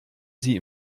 sie